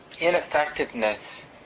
ineffectiveness